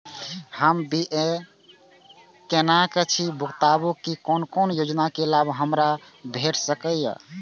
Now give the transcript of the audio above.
हम बी.ए केनै छी बताबु की कोन कोन योजना के लाभ हमरा भेट सकै ये?